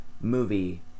movie